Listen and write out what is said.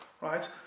right